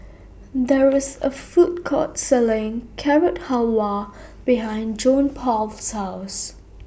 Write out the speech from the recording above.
There IS A Food Court Selling Carrot Halwa behind Johnpaul's House